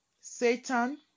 satan